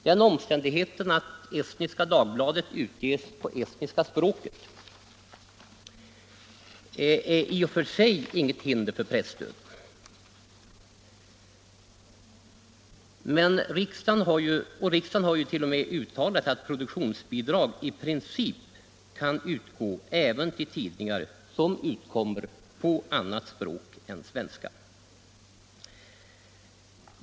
Den omständigheten att Estniska Dagbladet utges på estniska språket är i och för sig inget hinder för presstöd. Riksdagen har t.o.m. uttalat att produktionsbidrag i princip kan utgå även till tidningar som utkommer på annat språk än svenska.